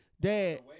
dad